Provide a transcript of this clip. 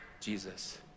Jesus